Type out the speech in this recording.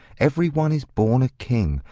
every one is born a king,